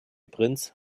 prinz